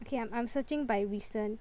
okay I I'm searching by recent